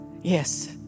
Yes